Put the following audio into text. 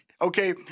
okay